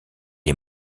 est